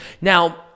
Now